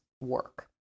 work